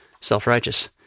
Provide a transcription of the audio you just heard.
self-righteous